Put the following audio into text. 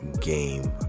game